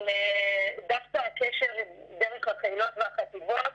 אבל דווקא הקשר דרך החילות והחטיבות,